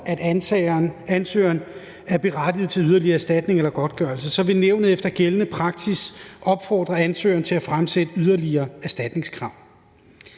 at ansøgeren er berettiget til yderligere erstatning eller godtgørelse, så vil nævnet efter gældende praksis opfordre ansøgeren til at fremsætte yderligere erstatningskrav.